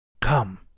Come